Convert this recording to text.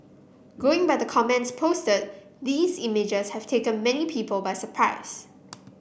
going by the comments posted these images have taken many people by surprise